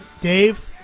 Dave